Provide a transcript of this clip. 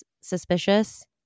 suspicious